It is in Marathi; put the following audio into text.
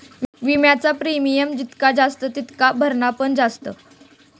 विम्याचा प्रीमियम जितका जास्त तितकाच भरणा पण जास्त